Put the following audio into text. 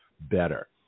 better